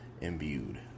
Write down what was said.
imbued